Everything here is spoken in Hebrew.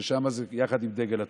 ששם זה יחד עם דגל התורה.